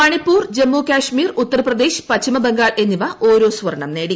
മണിപ്പൂർ ജമ്മു കാശ്മീർ ഉത്തർപ്രദേശ് പശ്ചിമ ബംഗാൾ എന്നിവ ഓരോ സ്വർണ്ണം നേടി